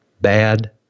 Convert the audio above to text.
Bad